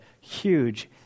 huge